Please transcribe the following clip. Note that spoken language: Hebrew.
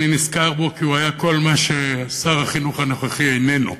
אני נזכר בו כי הוא היה כל מה ששר החינוך הנוכחי איננו.